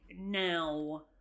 now